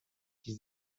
die